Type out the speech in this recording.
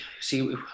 see